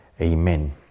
Amen